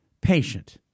patient